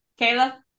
Kayla